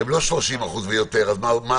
הם לא 30% ויותר, אז מה דינם?